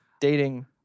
dating